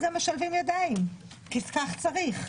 אנחנו גם משלבים ידיים כי כך צריך,